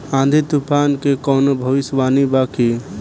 आँधी तूफान के कवनों भविष्य वानी बा की?